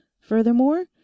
furthermore